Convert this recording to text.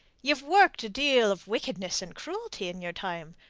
ye've worked a deal of wickedness and cruelty in your time,